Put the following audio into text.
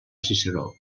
ciceró